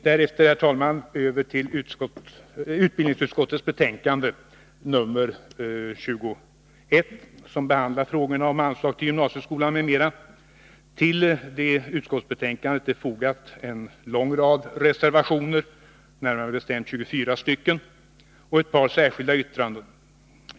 Därefter, herr talman, går jag över till utbildningsutskottets betänkande nr 21, som behandlar frågor om anslag till gymnasieskolan m.m. Till det betänkandet är fogade en lång rad reservationer, närmare bestämt 24 stycken, och ett par särskilda yttranden.